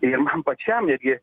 tai ir man pačiam netgi